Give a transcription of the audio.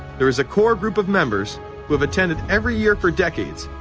there is a core group of members who have attended every year for decades,